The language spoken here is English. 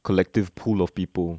collective pool of people